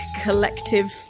collective